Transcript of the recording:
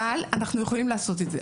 אבל אנחנו יכולים לעשות את זה.